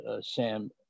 SAM